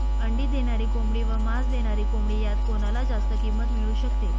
अंडी देणारी कोंबडी व मांस देणारी कोंबडी यात कोणाला जास्त किंमत मिळू शकते?